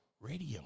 Radio